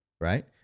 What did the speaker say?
right